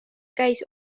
käis